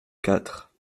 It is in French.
quatre